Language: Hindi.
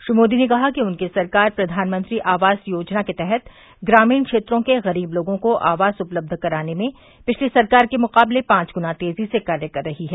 श्री मोदी ने कहा कि उनकी सरकार प्रधानमंत्री आवास योजना के तहत ग्रामीण क्षेत्रों के गरीब लोगों को आवास उपलब्ध कराने में पिछली सरकार के मुकाबले पांव गुना तेजी से कार्य कर रही है